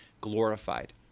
glorified